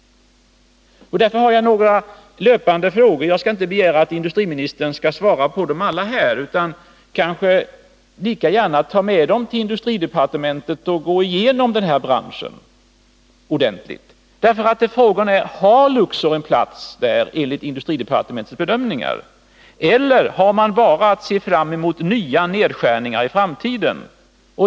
Därför vill jag ställa några frågor i anslutning till det. Jag begär inte att industriministern skall besvara dem alla här, utan han kan kanske lika gärna ta med dem till industridepartementet som underlag för att ordentligt gå igenom de frågor som hör till den här branschen. Har Luxor en plats där enligt industridepartementets bedömningar? Eller har man bara att se fram emot nya nedskärningar i framtiden?